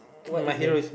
what is the